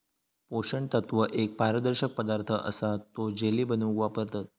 पोषण तत्व एक पारदर्शक पदार्थ असा तो जेली बनवूक वापरतत